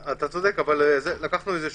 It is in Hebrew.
אבל גם באזור הפתוח לקהל השאלה איך